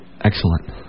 excellent